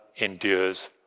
endures